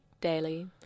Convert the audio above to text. Daily